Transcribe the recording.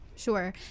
Sure